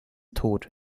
tod